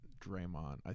draymond